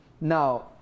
Now